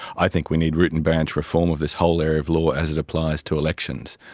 i think we need root and branch reform of this whole area of law as it applies to elections,